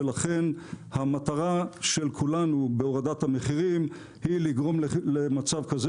ולכן המטרה של כולנו בהורדת המחירים היא לגרום למצב כזה